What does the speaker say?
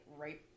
right